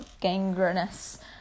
gangrenous